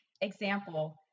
example